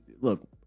Look